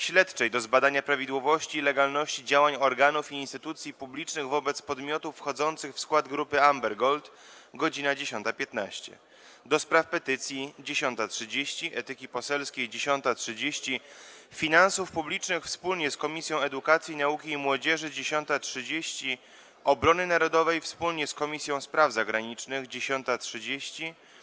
Śledczej do zbadania prawidłowości i legalności działań organów i instytucji publicznych wobec podmiotów wchodzących w skład Grupy Amber Gold - godz. 10.15, - do Spraw Petycji - godz. 10.30, - Etyki Poselskiej - godz. 10.30, - Finansów Publicznych wspólnie z Komisją Edukacji, Nauki i Młodzieży - godz. 10.30, - Obrony Narodowej wspólnie z Komisją Spraw Zagranicznych - godz. 10.30,